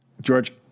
George